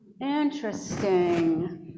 Interesting